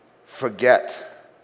Forget